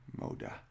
Moda